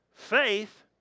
Faith